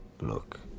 Look